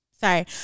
sorry